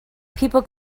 people